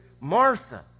Martha